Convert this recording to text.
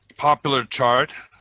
popular chart,